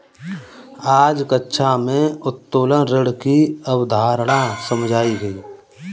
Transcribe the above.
आज कक्षा में उत्तोलन ऋण की अवधारणा समझाई गई